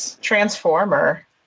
Transformer